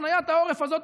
הפניית העורף הזאת,